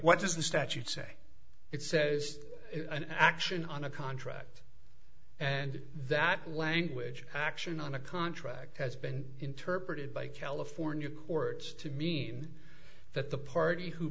what does the statute say it says an action on a contract and that language action on a contract has been interpreted by california courts to mean that the party who